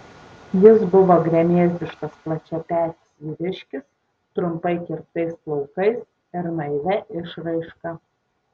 jis buvo gremėzdiškas plačiapetis vyriškis trumpai kirptais plaukais ir naivia išraiška